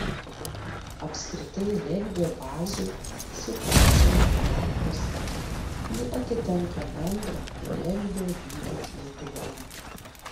apskritai regbio bazių situacija nėra prasta ji atitinka bendrą regbio lygį lietuvoje